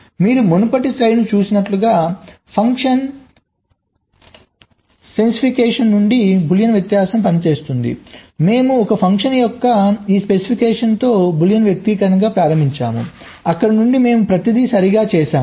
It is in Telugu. మీరు మునుపటి స్లయిడ్ను చూసినట్లుగా ఫంక్షన్ స్పెసిఫికేషన్ నుండి బూలియన్ వ్యత్యాసం పనిచేస్తుంది మేము ఒక ఫంక్షన్ యొక్క ఈ స్పెసిఫికేషన్తో బూలియన్ వ్యక్తీకరణగా ప్రారంభించాము అక్కడ నుండి మేము ప్రతిదీ సరిగ్గా చేసాము